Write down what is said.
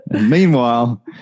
Meanwhile